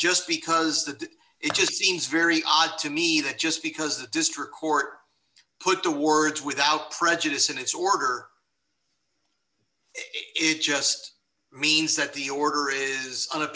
just because the it just seems very odd to me that just because the district court put the word without prejudice in its order it just means that the order is an a